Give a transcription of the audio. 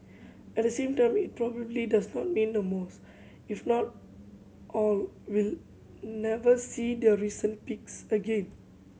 at the same time it probably does not mean the most if not all will never see their recent peaks again